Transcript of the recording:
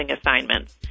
assignments